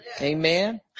Amen